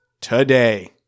today